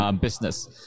business